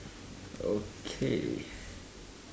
okay